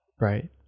Right